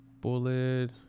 bullet